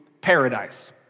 paradise